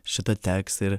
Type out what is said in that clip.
šitą tekstą ir